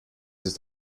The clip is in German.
ist